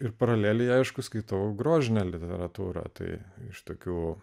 ir paraleliai aišku skaitau grožinę literatūrą tai iš tokių